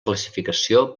classificació